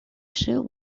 issue